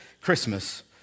Christmas